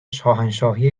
شاهنشاهی